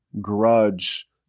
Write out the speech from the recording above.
grudge